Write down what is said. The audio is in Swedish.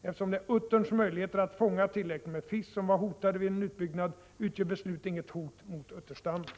Eftersom det är utterns möjligheter att fånga tillräckligt med fisk som var hotade vid en utbyggnad, utgör beslutet inget hot mot utterstammen.